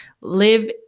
live